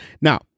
Now